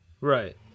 Right